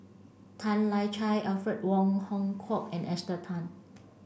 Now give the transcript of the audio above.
Tan Lian Chye Alfred Wong Hong Kwok and Esther Tan